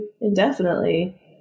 indefinitely